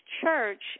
church